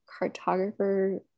cartographer